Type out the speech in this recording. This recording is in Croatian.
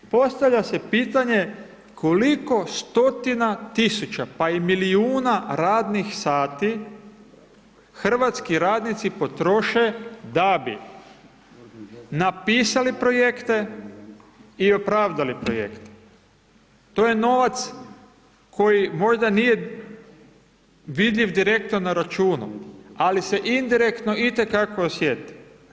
Postavlja se pitanje koliko stotina tisuća, pa i milijuna radnih sati hrvatski radnici potroše da bi napisali projekte i opravdali projekte, to je novac koji možda nije vidljiv direktno na računu, ali se indirektno i te kako osjeti.